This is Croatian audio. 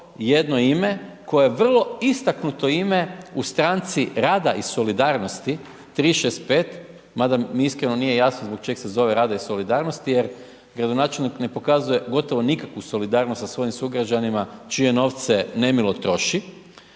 jedno ime, koje je vrlo istaknuto ime u Stranci rada i solidarnosti 365, mada mi iskreno nije jasno zbog čega se zove rada i solidarnosti, jer gradonačelnik ne pokazuje gotovo nikakvu solidarnost sa svojim sugrađanima čije novce nemilo troši,